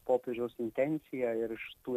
popiežiaus intencija ir iš tų